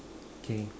okay